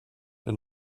der